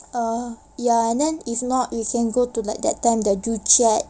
err ya and then if not you can go to the that time the joo chiat